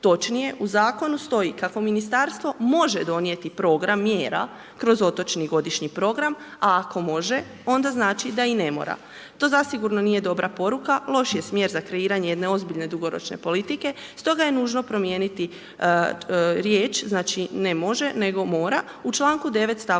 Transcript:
Točnije, u Zakonu stoji kako Ministarstvo može donijeti program mjera kroz otočni godišnji program. A ako može, onda znači da i ne mora. To zasigurno nije dobra poruka. Loši je smjer za kreiranje jedne ozbiljne dugoročne politike, stoga je nužno promijeniti riječ znači ne može, nego mora u čl. 9., st.